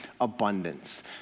abundance